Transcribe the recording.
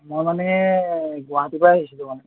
মই মানে গুৱাহাটীৰপৰা আহিছিলোঁ মানে